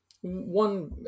One